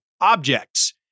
objects